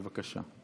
בבקשה.